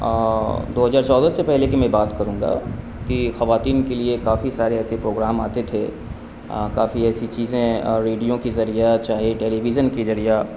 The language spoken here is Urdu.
دو ہزار چودہ سے پہلے کے میں بات کروں گا کہ خواتین کے لیے کافی سارے ایسے پروگرام آتے تھے کافی ایسی چیزیں ریڈیو کے ذریعہ چاہے ٹیلی ویژن کے ذریعہ